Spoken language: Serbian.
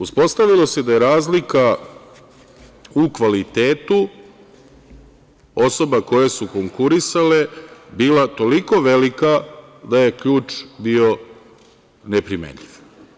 Uspostavilo se da je razlika u kvalitetu osoba koje su konkurisale bila toliko velika da je ključ bio neprimenljiv.